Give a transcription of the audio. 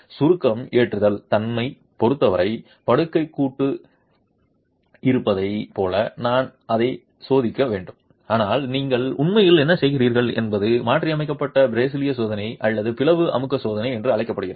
சுருக்க ஏற்றுதல் தன்னைப் பொறுத்தவரை படுக்கை கூட்டு இருப்பதைப் போல நான் அதைச் சோதிக்க வேண்டும் ஆனால் நீங்கள் உண்மையில் என்ன செய்கிறீர்கள் என்பது மாற்றியமைக்கப்பட்ட பிரேசிலிய சோதனை அல்லது பிளவு அழுத்த சோதனை என்று அழைக்கப்படுகிறது